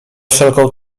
wszelką